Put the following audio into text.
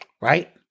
Right